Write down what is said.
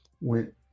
went